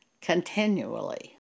continually